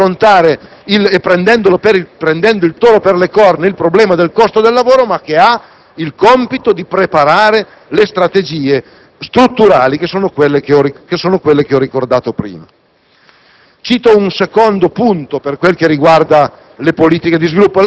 Uno strumento che ha certamente il significato congiunturale di affrontare, prendendo il toro per le corna, il problema del costo del lavoro, ma che assolve al compito di preparare le strategie strutturali che ho già evidenziato.